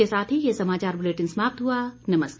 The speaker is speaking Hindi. इसी के साथ ये समाचार बुलेटिन समाप्त हुआ नमस्कार